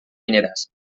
mineres